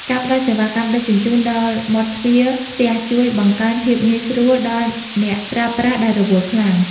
ការផ្តល់សេវាកម្មដឹកជញ្ជូនដល់មាត់ទ្វារផ្ទះជួយបង្កើនភាពងាយស្រួលដល់អ្នកប្រើប្រាស់ដែលរវល់ខ្លាំង។